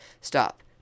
Stop